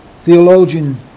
Theologian